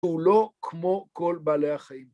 הוא לא כמו כל בעלי החיים.